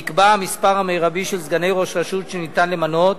נקבע המספר המרבי של סגני ראש רשות שניתן למנות,